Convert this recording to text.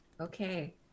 Okay